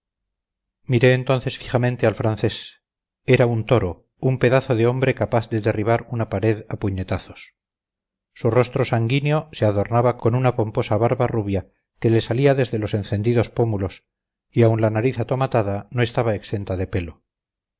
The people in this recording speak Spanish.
miré entonces fijamente al francés era un toro un pedazo de hombre capaz de derribar una pared a puñetazos su rostro sanguíneo se adornaba con una pomposa barba rubia que le salía desde los encendidos pómulos y aun la nariz atomatada no estaba exenta de pelo